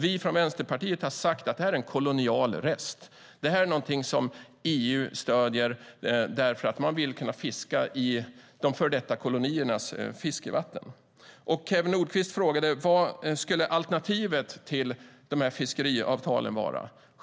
Vi från Vänsterpartiet har sagt att det är en kolonial rest, något som EU stöder för att kunna fiska i de före detta koloniernas fiskevatten. Kew Nordqvist frågade vad alternativet till sådana fiskeriavtal skulle vara.